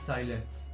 Silence